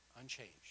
unchanged